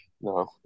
No